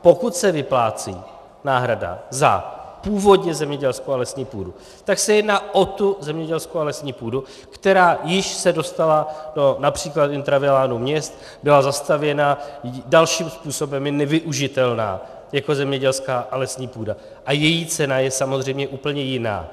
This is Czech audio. Pokud se vyplácí náhrada za původně zemědělskou a lesní půdu, tak se jedná o tu zemědělskou a lesní půdu, která se již dostala např. do intravilánu měst, byla zastavěna, dalším způsobem je nevyužitelná jako zemědělská a lesní půda a její cena je samozřejmě úplně jiná.